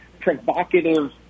provocative